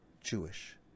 Jewish